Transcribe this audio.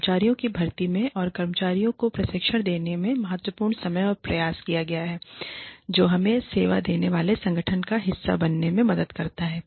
कर्मचारियों की भर्ती में और कर्मचारियों को प्रशिक्षण देने में महत्वपूर्ण समय और प्रयास किया गया है जो हमें सेवा देने वाले संगठन का हिस्सा बनने में मदद करता है